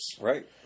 Right